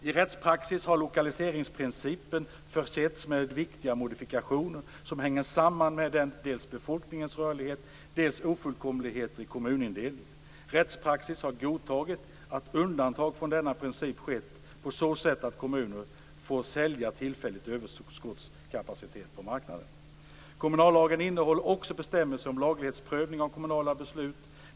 I rättspraxis har lokaliseringsprincipen försetts med viktiga modifikationer som hänger samman med dels befolkningens rörlighet, dels ofullkomligheter i kommunindelningen. Rättspraxis har godtagit att undantag från denna princip skett på så sätt att kommuner får sälja tillfällig överskottskapacitet på marknaden. Kommunallagen innehåller också bestämmelser om laglighetsprövning av kommunala beslut.